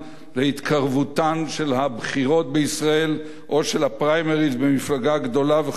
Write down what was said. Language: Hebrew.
של הבחירות בישראל או של הפריימריז במפלגה גדולה וחשובה ככל שתהיה.